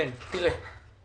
קודם כל,